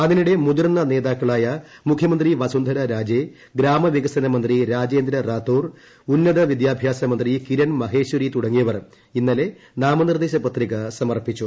അതിനിടെ മുതിർന്ന നേതാക്കളായ മുഖ്യമന്ത്രി വസുന്ധരാ രാജേ ഗ്രാമവികസന മന്ത്രി രാജേന്ദ്രാത്തോർ ഉന്നത വിദ്യാഭ്യാസമന്ത്രി കിരൺ മഹേശ്വരി തുടങ്ങിയവർ ഇന്നലെ നാമനിർദ്ദേശക പത്രിക സമർപ്പിച്ചു